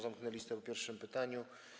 Zamknę listę po pierwszym pytaniu.